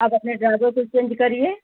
आप अपने ड्राइवर को चेंज करिए